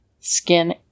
skin